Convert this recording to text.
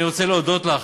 אני רוצה להודות לך,